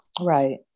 Right